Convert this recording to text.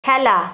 খেলা